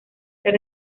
ser